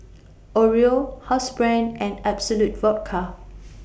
Oreo Housebrand and Absolut Vodka